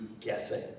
guessing